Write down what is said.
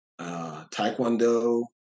Taekwondo